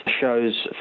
shows